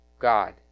God